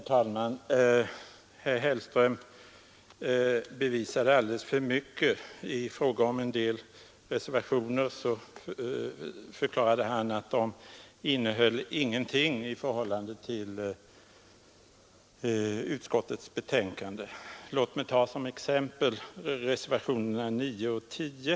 Herr talman! Herr Hellström bevisade alldeles för mycket. I fråga om en del av våra reservationer förklarade han att de inte innehöll någonting konkret som avviker i förhållande till utskottets betänkande. Låt mig som exempel ta reservationerna 9 och 10.